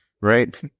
Right